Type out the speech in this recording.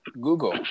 google